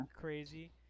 crazy